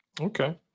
Okay